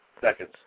seconds